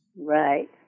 Right